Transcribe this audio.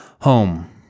Home